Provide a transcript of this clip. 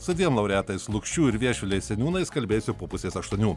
su dviem laureatais lukšių ir viešvilės seniūnais kalbėsiu po pusės aštuonių